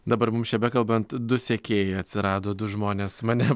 dabar mums čia bekalbant du sekėjai atsirado du žmonės mane